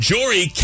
Jory